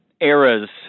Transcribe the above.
eras